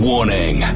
Warning